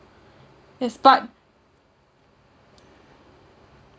yes but